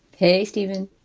hey, stephen.